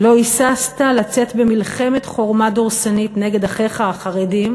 לא היססת לצאת במלחמת חורמה דורסנית נגד אחיך החרדים,